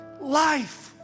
life